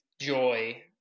joy